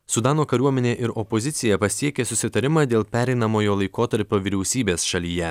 sudano kariuomenė ir opozicija pasiekė susitarimą dėl pereinamojo laikotarpio vyriausybės šalyje